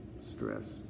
Stress